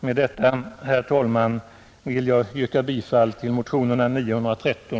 Med detta, herr talman, vill jag yrka bifall till motionen 913.